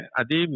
adi